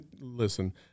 listen